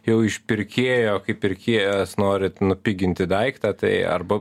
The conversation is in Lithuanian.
jau iš pirkėjo kaip pirkėjas norit nupiginti daiktą tai arba